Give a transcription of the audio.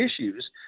issues